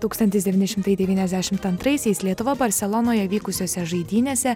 tūkstantis devyni šimtai devyniasdešimt antraisiais lietuvoje barselonoje vykusiose žaidynėse